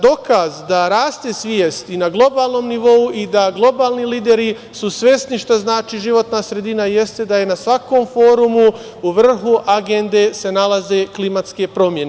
Dokaz da raste svest i na globalnom nivou i da globalni lideri su svesni šta znači životna sredina, jeste da je na svakom forumu i vrhu agende nalaze se klimatske promene.